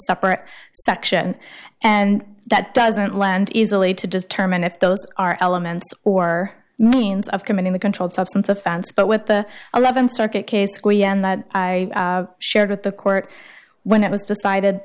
separate section and that doesn't lend easily to determine if those are elements or means of committing the controlled substance offense but with the th circuit case we end that i shared with the court when it was decided